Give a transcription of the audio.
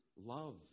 love